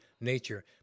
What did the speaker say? nature